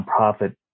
nonprofit